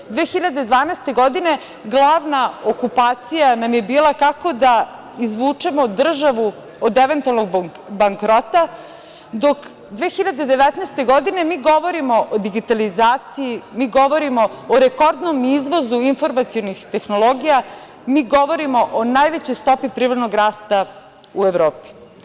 Godine 2012. glavna okupacija nam je bila kako da izvučemo državu od eventualnog bankrota, dok 2019. godine mi govorimo o digitalizaciji, mi govorimo o rekordnom izvozu informacionih tehnologija, mi govorimo o najvećoj stopi privrednog rasta u Evropi.